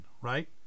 right